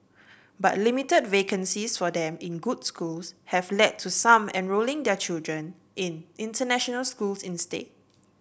but limited vacancies for them in good schools have led to some enrolling their children in international schools instead